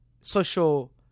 social